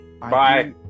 bye